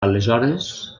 aleshores